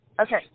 Okay